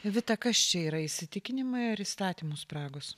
vita kas čia yra įsitikinimai ar įstatymų spragos